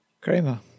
Kramer